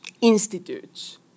institutes